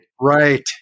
Right